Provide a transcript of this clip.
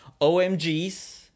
OMGs